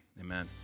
Amen